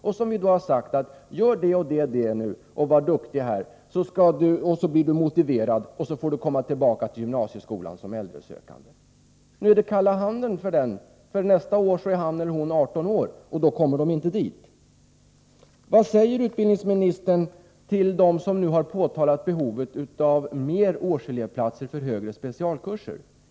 Han eller hon har ju fått höra: Gör det och det, var duktig och bli motiverad, så får du komma tillbaka till gymnasieskolan som äldresökande. Men det blir kalla handen för denna unga person, för nästa år är han eller hon 18 år och då kommer man inte in. Vad säger utbildningsministern till dem som nu har pekat på behovet av fler årselevplatser till högre specialkurser?